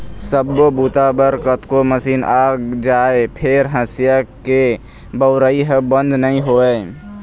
सब्बो बूता बर कतको मसीन आ जाए फेर हँसिया के बउरइ ह बंद नइ होवय